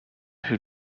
who